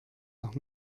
nach